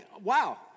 Wow